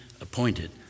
appointed